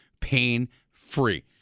pain-free